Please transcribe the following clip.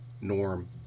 norm